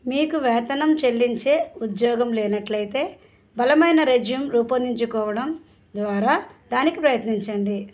మీకు వేతనం చెల్లించే ఉద్యోగం లేనట్లయితే బలమైన రెజ్యూం రూపొందించుకోవడం ద్వారా దానికి ప్రయత్నించండి